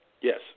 Yes